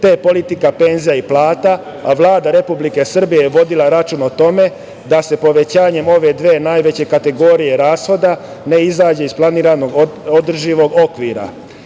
te politika penzija i plata, a Vlada Republike Srbije je vodila računa o tome da sa povećanjem ove dve najveće kategorije rashoda ne izađe iz planiranog održivog okvira.